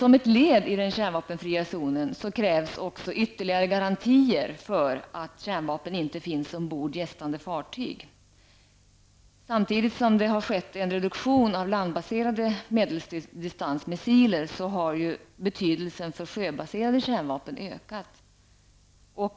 Som ett led i den kärnvapenfria zonen krävs också uttryckliga garantier för att kärnvapen inte finns ombord på gästande fartyg. Samtidigt som det sker en reduktion av landbaserade medeldistansmissiler har betydelsen av sjöbaserade kärnvapen ökat.